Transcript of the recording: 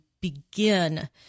begin